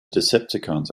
decepticons